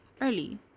early